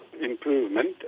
improvement